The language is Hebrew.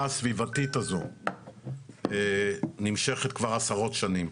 הסביבתית הזו נמשכת כבר עשרות שנים.